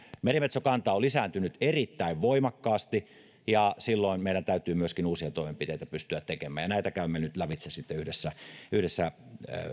merimetsokanta on lisääntynyt erittäin voimakkaasti ja silloin meidän täytyy myöskin uusia toimenpiteitä pystyä tekemään ja näitä käymme nyt lävitse sitten yhdessä yhdessä